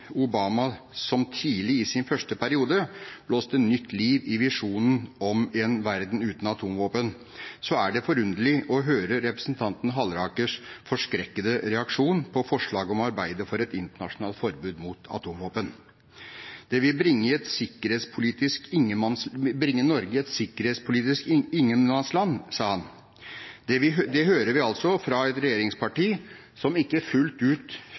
Obama tidlig i sin første periode blåste nytt liv i visjonen om en verden uten atomvåpen, er det forunderlig å høre representanten Hallerakers forskrekkede reaksjon på forslaget om å arbeide for et internasjonalt forbud mot atomvåpen. Det vil bringe Norge i et sikkerhetspolitisk ingenmannsland, sa han. Dette hører vi altså fra et regjeringsparti som ikke fullt ut